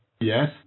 Yes